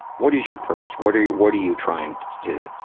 what is your purpose? what are you, what are you trying to,